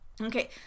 Okay